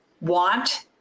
want